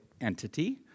entity